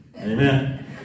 Amen